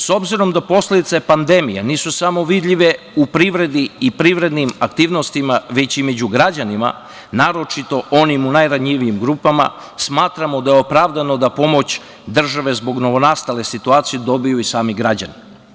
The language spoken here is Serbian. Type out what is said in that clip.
S obzirom da posledice pandemije nisu samo vidljive u privredi i privrednim aktivnostima, već i među građanima, naročito onim u najranjivijim grupama, smatramo da je opravdano da pomoć države zbog novonastale situacije dobiju i sami građani.